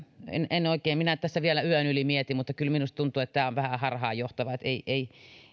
oikein minä tässä vielä yön yli mietin mutta kyllä minusta tuntuu että tämä on vähän harhaanjohtava ei